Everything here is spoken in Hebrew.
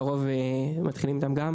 לפי כמה זמן עבר מאז הוא ביצע את העבירה,